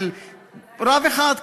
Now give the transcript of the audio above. של רב אחד,